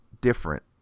different